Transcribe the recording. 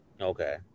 Okay